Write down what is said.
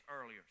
earlier